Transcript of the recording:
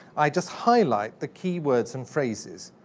i just highlight the key words and phrases.